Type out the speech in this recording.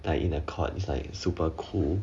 like in a court is like super cool